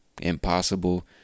impossible